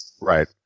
Right